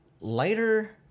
Lighter